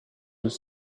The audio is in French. deux